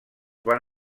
van